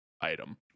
item